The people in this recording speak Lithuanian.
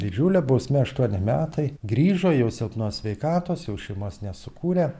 didžiulė bausmė aštuoni metai grįžo jau silpnos sveikatos jau šeimos nesukūrė